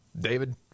David